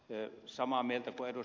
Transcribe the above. olen samaa mieltä kuin ed